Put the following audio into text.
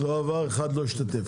הצבעה 1 לא השתתף.